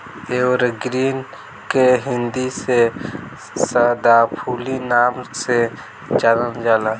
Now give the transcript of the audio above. evergreen के हिंदी में सदाफुली नाम से जानल जाला